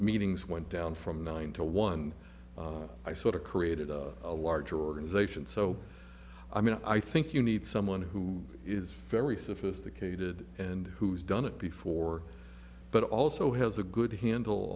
meetings went down from nine to one i sort of created a larger organization so i mean i think you need someone who is very sophisticated and who's done it before but also has a good handle